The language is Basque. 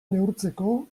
neurtzeko